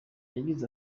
yagize